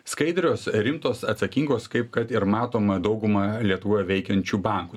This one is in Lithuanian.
skaidrios rimtos atsakingos kaip kad ir matoma dauguma lietuvoje veikiančių bankų